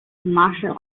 martial